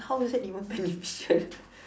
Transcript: how is that even beneficial